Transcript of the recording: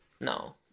No